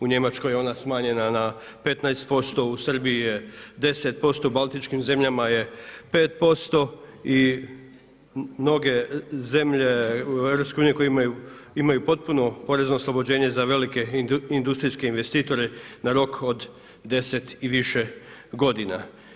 U Njemačkoj je ona smanjena na 15%, u Srbiji je 10%, Baltičkim zemljama je 5% i mnoge zemlje u EU koje imaju potpuno porezno oslobođenje za velike industrijske investitore na rok od 10 i više godina.